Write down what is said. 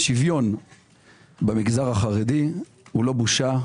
השוויון במגזר החרדי הוא לא בושה.